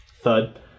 thud